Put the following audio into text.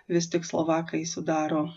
vis tik slovakai sudaro